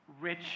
rich